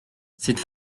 c’est